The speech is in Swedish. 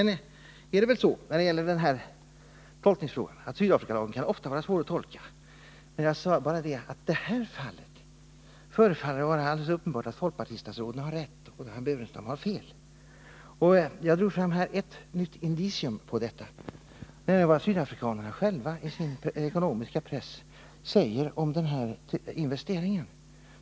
När det gäller den här tolkningsfrågan är det väl så, att Sydafrikalagen ofta kan vara svår att tolka. Jag sade bara att det i det här fallet förefaller vara alldeles uppenbart att folkpartistatsråden har rätt och att herr Burenstam Linder har fel, och jag drog fram ett nytt indicium på detta, nämligen vad sydafrikanerna själva i sin ekonomiska press skriver om den här investeringen.